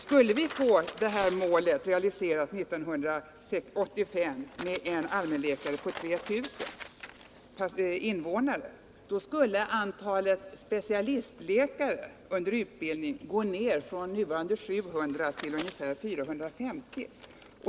Skulle vi uppnå målet med en allmänläkare på 3 000 invånare 1985, skulle antalet specialistläkare under utbildning gå ned från nuvarande 700 till ungefär 450.